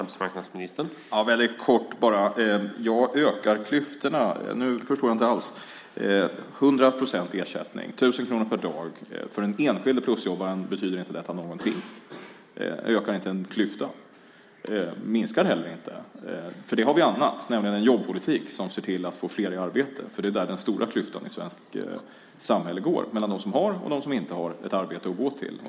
Herr talman! Ökar klyftorna? Jag förstår inte alls. Det blir 100 procents ersättning och 1 000 kronor per dag. För den enskilde plusjobbaren betyder inte detta någonting. Det ökar inte en klyfta. Det minskar heller ingen - för det har vi annat, nämligen en jobbpolitik som ser till att få fler i arbete. Det är där den stora klyftan i det svenska samhället går: mellan dem som har och dem som inte har ett arbete att gå till.